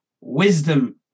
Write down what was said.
wisdom